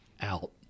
out